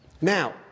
Now